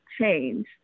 change